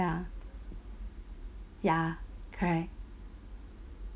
ya ya correct